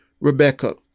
Rebecca